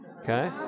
Okay